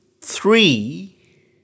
three